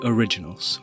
Originals